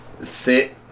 sit